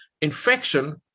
infection